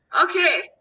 Okay